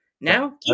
Now